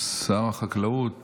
שר החקלאות